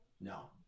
No